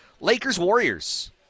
Lakers-Warriors